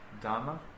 Dharma